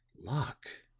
locke,